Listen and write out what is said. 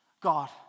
God